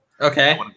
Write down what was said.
Okay